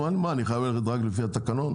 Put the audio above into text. אני חייב ללכת רק לפי התקנון?